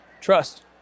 Trust